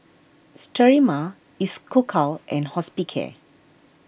Sterimar Isocal and Hospicare